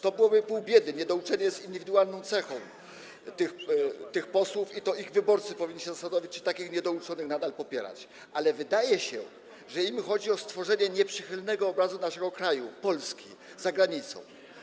To byłoby pół biedy: niedouczenie jest indywidualną cechą tych posłów i to ich wyborcy powinni się zastanowić, czy takich niedouczonych nadal popierać, ale wydaje się, że im chodzi o stworzenie nieprzychylnego obrazu naszego kraju, Polski, za granicą.